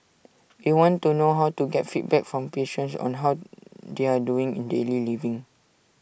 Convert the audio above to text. we want to know how to get feedback from patients on how they are doing in daily living